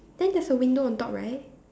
then there's a window on top right